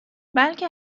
بلکه